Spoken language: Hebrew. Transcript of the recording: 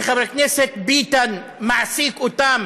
שחבר הכנסת ביטן מעסיק אותם